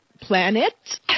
Planet